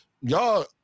y'all